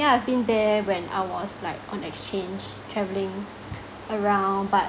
yeah I've been there when I was like on exchange travelling around but